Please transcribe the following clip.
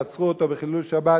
ועצרו אותו בחילול שבת